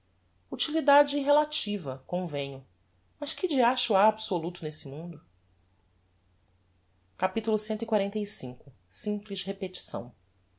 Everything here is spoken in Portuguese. utilidade relativa convenho mas que diacho ha absoluto nesse mundo capitulo cxlv simples repetição